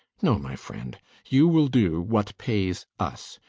no, my friend you will do what pays us.